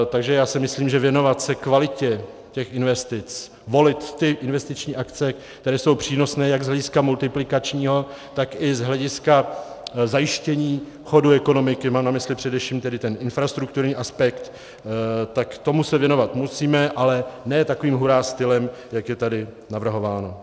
Takže já si myslím, že věnovat se kvalitě investic, volit ty investiční akce, které jsou přínosné jak z hlediska multiplikačního, tak i z hlediska zajištění chodu ekonomiky, mám na mysli především tedy infrastrukturní aspekt, tak tomu se věnovat musíme, ale ne takovým hurá stylem, jak je tady navrhováno.